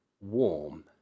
warm